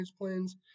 plans